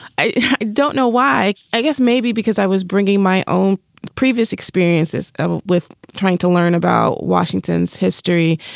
i don't know why. i guess maybe because i was bringing my own previous experiences um with trying to learn about washington's history.